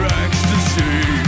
ecstasy